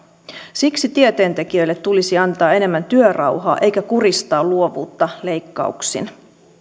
siksi tieteentekijöille tulisi antaa enemmän työrauhaa eikä kuristaa luovuutta leikkauksin